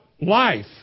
life